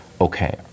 okay